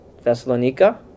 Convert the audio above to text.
Thessalonica